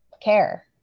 care